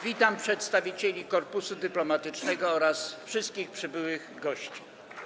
Witam przedstawicieli korpusu dyplomatycznego oraz wszystkich przybyłych gości.